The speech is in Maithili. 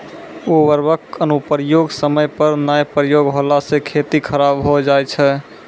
उर्वरक अनुप्रयोग समय पर नाय प्रयोग होला से खेती खराब हो जाय छै